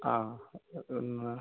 ആ എന്നാൽ